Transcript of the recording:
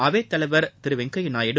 அவைத் தலைவர் திரு வெங்கய்யா நாயுடு